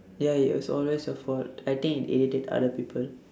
ya it is always your fault I think it irritate other people